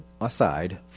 aside